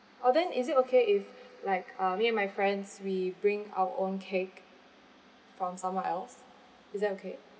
orh then is it okay if like uh me and my friends we bring our own cake from someone else is that okay